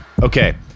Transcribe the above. Okay